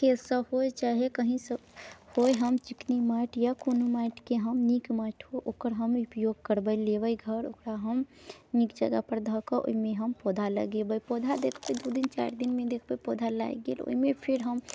खेतसँ होइ चाहे कहीँ से होइ हम चिकनी माटि या कोनो माटिके हम नीक माटि हो ओकर हम उपयोग करबै लेबै घर ओकरा हम नीक जगह पर धऽकऽ ओहिमे हम पौधा लगेबै पौधा देखबै दू दिन चारि दिनमे पौधा लागि गेल ओहिमे फेर हम